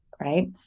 right